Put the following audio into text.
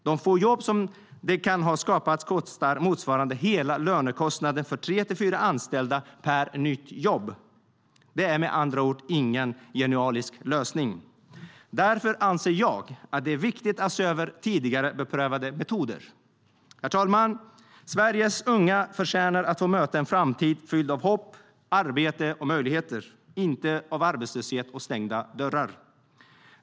De få jobb som kan ha skapats kostar det som motsvarar hela lönekostnaden för tre fyra anställda per nytt jobb. Det är med andra ord ingen genialisk lösning. Därför anser jag att det är viktigt att se över tidigare beprövade metoder. Herr talman! Sveriges unga förtjänar att få möta en framtid fylld av hopp, arbete och möjligheter - inte av arbetslöshet och stängda dörrar.